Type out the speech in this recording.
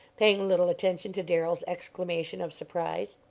paying little attention to darrell's exclamation of surprise.